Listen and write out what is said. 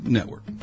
Network